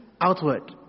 outward